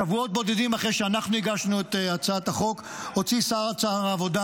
שבועות בודדים אחרי שאנחנו הגשנו את הצעת החוק הוציא שר העבודה